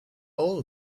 all